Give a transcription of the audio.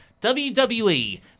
WWE